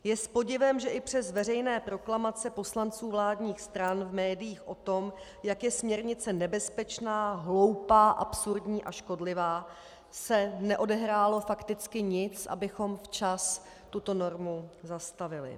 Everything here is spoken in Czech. Je s podivem, že i přes veřejné proklamace poslanců vládních stran v médiích o tom, jak je směrnice nebezpečná, hloupá, absurdní a škodlivá, se neodehrálo fakticky nic, abychom včas tuto normu zastavili.